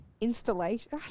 installation